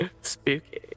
spooky